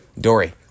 Dory